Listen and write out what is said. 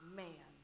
man